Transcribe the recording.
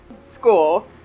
school